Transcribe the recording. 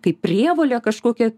kaip prievolė kažkokia